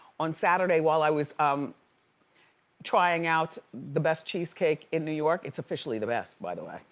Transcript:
on saturday, while i was um trying out the best cheesecake in new york, it's officially the best, by the way,